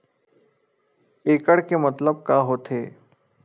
एकड़ के मतलब का होथे?